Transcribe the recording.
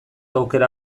aukera